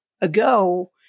ago